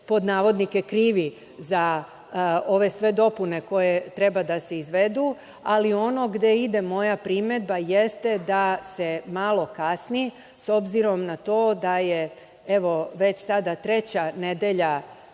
pod navodnike, krivi za ove sve dopune koje treba da se izvedu, ali ono gde ide moja primedba jeste da se malo kasni, s obzirom na to da je, evo, već sada treća nedelja